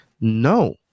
no